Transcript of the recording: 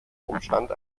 umstand